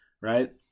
right